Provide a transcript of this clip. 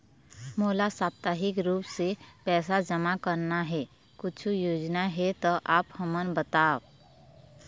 मोला साप्ताहिक रूप से पैसा जमा करना हे, कुछू योजना हे त आप हमन बताव?